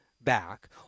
back